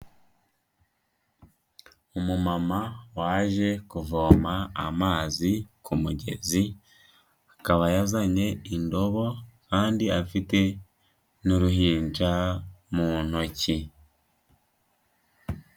Umu mama waje kuvoma amazi ku mugezi, akaba yazanye indobo, kandi afite n'uruhinja mu ntoki.